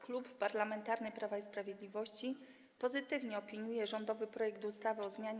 Klub Parlamentarny Prawo i Sprawiedliwość pozytywnie opiniuje rządowy projekt ustawy o zmianie